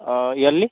yearly